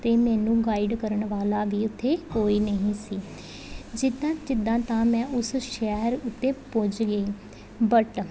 ਅਤੇ ਮੈਨੂੰ ਗਾਈਡ ਕਰਨ ਵਾਲਾ ਵੀ ਉੱਥੇ ਕੋਈ ਨਹੀਂ ਸੀ ਜਿੱਦਾਂ ਜਿੱਦਾਂ ਤਾਂ ਮੈਂ ਉਸ ਸ਼ਹਿਰ ਉੱਤੇ ਪੁੱਜ ਗਈ ਬਟ